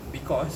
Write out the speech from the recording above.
because